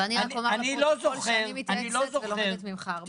ואני רק אומר לפרוטוקול שאני מתייעצת ולומדת ממך הרבה.